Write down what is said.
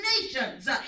nations